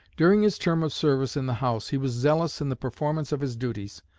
during his term of service in the house he was zealous in the performance of his duties,